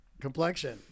complexion